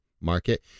market